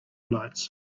lights